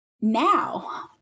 Now